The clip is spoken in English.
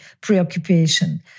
preoccupation